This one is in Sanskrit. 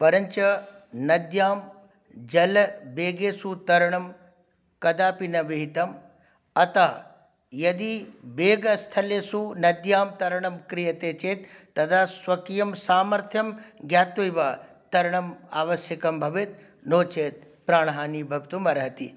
परञ्च नद्यां जलवेगेषु तरणं कदापि न विहितम् अतः यदि वेगस्थलेषु नद्यां तरणं क्रियते चेत् तदा स्वकीयं सामर्थ्यं ज्ञात्वैव तरणम् आवश्यकं भवेत् नो चेत् प्राणहानिः भवितुम् अर्हति